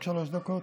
רק שלוש דקות?